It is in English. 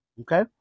Okay